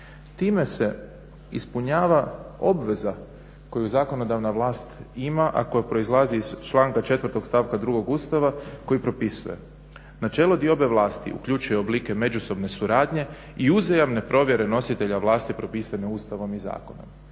time se ispunjava obveza koju zakonodavna vlast ima, a koja proizlazi iz članka 4. stavka 2. Ustava koji propisuje: "Načelo diobe vlasti uključuje oblike međusobne suradnje i uzajamne provjere nositelja vlasti propisane Ustavom i zakonom."